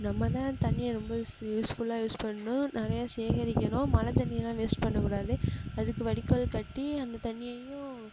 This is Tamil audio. நம்ம தான் தண்ணியை ரொம்ப ஸ் யூஸ்ஃபுல்லாக யூஸ் பண்ணணும் நிறையா சேகரிக்கணும் மழை தண்ணியெலாம் வேஸ்ட் பண்ணக்கூடாது அதுக்கு வடிக்கால் கட்டி அந்த தண்ணியையும்